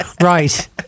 Right